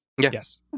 Yes